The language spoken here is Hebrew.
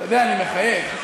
אתה יודע, אני מחייך.